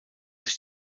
sich